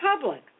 public